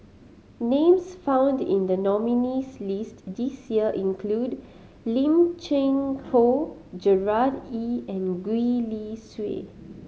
names found in the nominees' list this year include Lim Cheng Hoe Gerard Ee and Gwee Li Sui